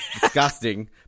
disgusting